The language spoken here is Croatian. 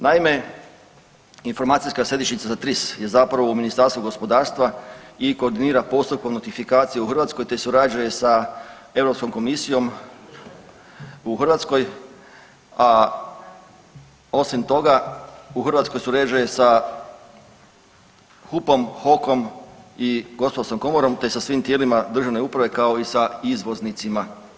Naime, informacijska Središnjica za TRIS je zapravo u Ministarstvu gospodarstva i koordinira postupkom notifikacije u Hrvatskoj te surađuje sa EU komisijom u Hrvatskoj, a osim toga, u Hrvatskoj surađuje sa HUP-om, HOK-om i Gospodarskom komorom te sa svim tijelima državne uprave kao i sa izvoznicima.